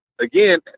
again